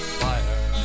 fire